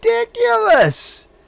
ridiculous